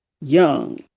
young